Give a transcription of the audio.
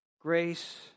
Grace